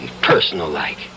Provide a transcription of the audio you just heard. personal-like